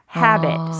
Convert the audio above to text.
habit